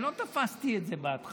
אני לא תפסתי את זה בהתחלה: